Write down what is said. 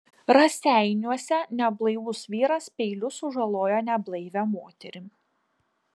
raseiniuose neblaivus vyras peiliu sužalojo neblaivią moterį